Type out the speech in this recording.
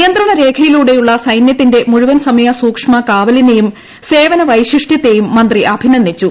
നിയന്ത്രണരേഖയിലൂടെയുള്ള ഐസ്യത്തിന്റെ മുഴുവൻ സമയ സൂക്ഷ്മ കാവലിനെയും സേര്പന് ഒവെശിഷ്ട്യത്തെയും മന്ത്രി അഭിനന്ദിച്ചു